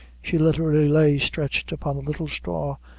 she literally lay stretched upon a little straw,